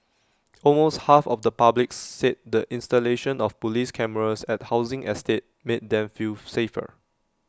almost half of the public said the installation of Police cameras at housing estates made them feel safer